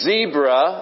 Zebra